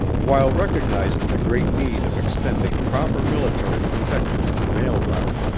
while recognizing the great need of extending proper military protection to the mail route,